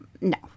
No